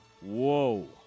Whoa